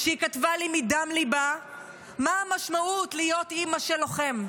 והיא כתבה לי מדם ליבה מה המשמעות להיות אימא של לוחם.